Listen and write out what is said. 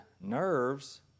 nerves